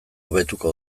hobetuko